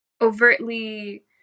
overtly